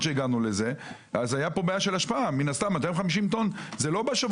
היה ראש עיר מצוין, שהוא יושב-ראש